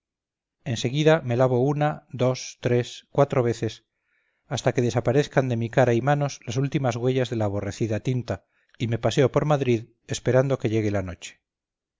en seguida me lavo una dos tres cuatro veces hasta que desaparezcan de mi cara y manos las últimas huellas de la aborrecida tinta y me paseo por madrid esperando que llegue la noche